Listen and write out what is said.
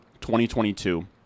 2022